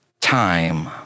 time